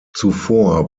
zuvor